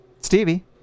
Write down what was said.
Stevie